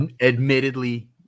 Admittedly